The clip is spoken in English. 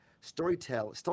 Storytelling